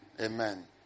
Amen